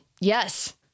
yes